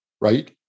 Right